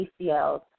ACLs